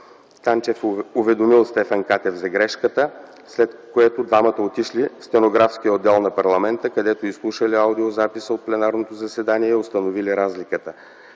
Танчев уведомил Стефан Катев за грешката, след което двамата отишли в Стенографския отдел на парламента, където изслушали аудиозаписа от пленарното заседание и установили разликата.